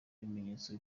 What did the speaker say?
ibimenyetso